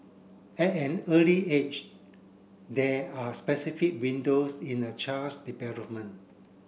at an early age there are specific windows in a child's development